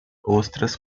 ostras